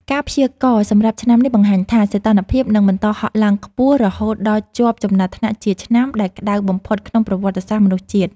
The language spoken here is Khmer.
ការព្យាករណ៍សម្រាប់ឆ្នាំនេះបង្ហាញថា សីតុណ្ហភាពនឹងបន្តហក់ឡើងខ្ពស់រហូតដល់ជាប់ចំណាត់ថ្នាក់ជាឆ្នាំដែលក្ដៅបំផុតក្នុងប្រវត្តិសាស្ត្រមនុស្សជាតិ។